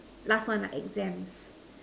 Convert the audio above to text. last one lah exams